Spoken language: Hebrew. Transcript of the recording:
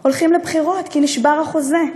הולכים לבחירות, כי נשבר החוזה.